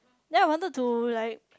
then I wanted to like